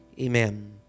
Amen